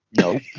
no